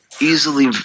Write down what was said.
easily